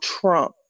Trump